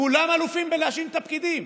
כולם אלופים בלהאשים את הפקידים,